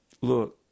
look